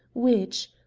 which,